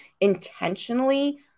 intentionally